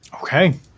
Okay